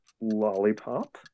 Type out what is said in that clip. Lollipop